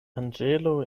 anĝelo